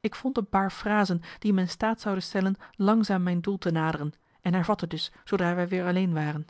ik vond een paar frasen die me in staat zouden stellen langzaam mijn doel te naderen en hervatte dus zoodra wij weer alleen waren